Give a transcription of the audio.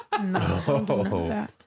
No